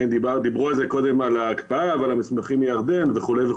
דיברו קודם על ההקפאה ועל המסמכים מירדן וכולי.